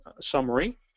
summary